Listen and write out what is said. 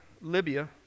Libya